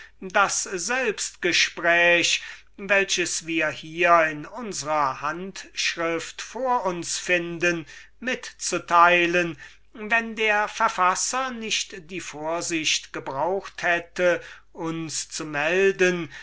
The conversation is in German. das selbstgespräch welches wir hier in unserm manuskript vor uns finden mitzuteilen wenn nicht der ungenannte verfasser die vorsicht gebraucht hätte uns zu melden